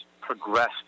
progressed